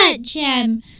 gem